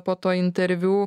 po to interviu